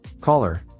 Caller